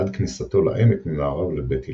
עד כניסתו לעמק ממערב לבית הלל.